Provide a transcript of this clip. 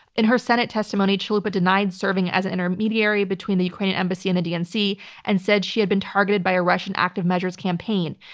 in her senate testimony, chalupa denied serving as an intermediary between the ukrainian embassy and the dnc and said she had been targeted by a russian active measures campaign.